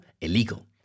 illegal